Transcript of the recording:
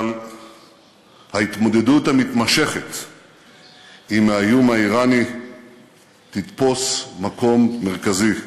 אבל ההתמודדות המתמשכת עם האיום האיראני תתפוס מקום מרכזי.